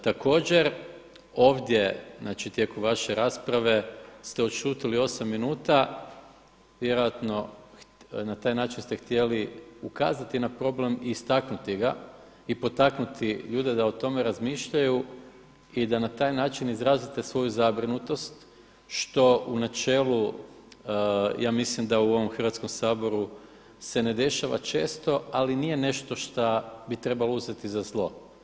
Također ovdje, znači tijekom vaše rasprave ste odšutjeli 8 minuta vjerojatno na taj način ste htjeli ukazati na problem i istaknuti ga i potaknuti ljude da o tome razmišljaju i da na taj način izrazite svoju zabrinutost što u načelu ja mislim da u ovom Hrvatskom saboru se ne dešava često, ali nije nešto šta bi trebalo uzeti za zlo.